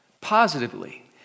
Positively